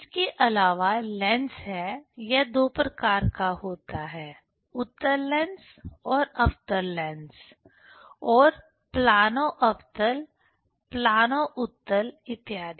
इसके अलावा लेंस है यह दो प्रकार का होता है उत्तल लेंस और अवतल लेंस और प्लानो अवतल प्लानो उत्तल इत्यादि